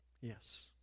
Yes